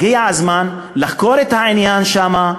הגיע הזמן לחקור את העניין שם,